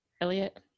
Elliot